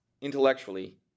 intellectually